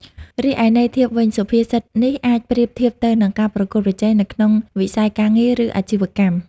រីឯន័យធៀបវិញ សុភាសិតនេះអាចប្រៀបធៀបទៅនឹង ការប្រកួតប្រជែង នៅក្នុងវិស័យការងារ ឬអាជីវកម្ម។